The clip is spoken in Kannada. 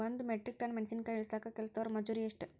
ಒಂದ್ ಮೆಟ್ರಿಕ್ ಟನ್ ಮೆಣಸಿನಕಾಯಿ ಇಳಸಾಕ್ ಕೆಲಸ್ದವರ ಮಜೂರಿ ಎಷ್ಟ?